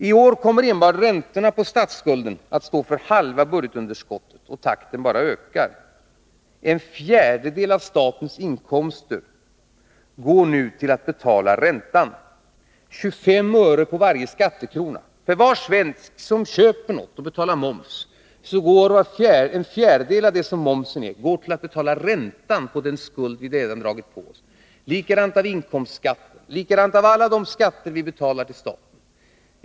I år kommer enbart räntorna på statsskulden att stå för halva budgetunderskottet. Och takten ökar. En fjärdedel av statens inkomster går nu till att betala räntan — 25 öre på varje skattekrona. En fjärdedel av momsen på allt som en svensk köper går till att betala räntan på den skuld som vi redan har dragit på oss. Likadant är det med inkomstskatten och med alla de skatter Nr 50 som vi betalar till staten.